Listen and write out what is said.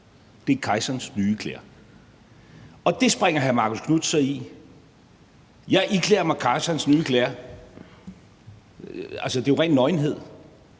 det er kejserens nye klæder. Og det springer hr. Marcus Knuth så i; jeg iklæder mig kejserens nye klæder. Altså, det er jo ren nøgenhed.